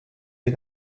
the